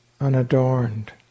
unadorned